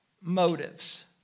motives